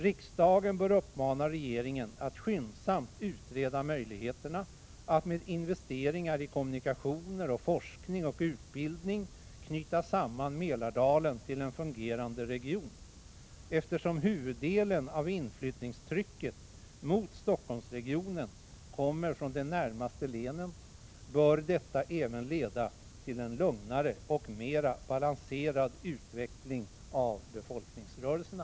Riksdagen bör uppmana regeringen att skyndsamt utreda möjligheterna att med investeringar i kommunikationer och forskning och utbildning knyta samman Mälardalen till en fungerande region. Eftersom huvuddelen av inflyttningstrycket mot Stockholmsregionen kommer från de närmaste länen, bör detta även leda till en lugnare och mera balanserad utveckling av befolkningsrörelserna.